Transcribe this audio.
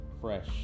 fresh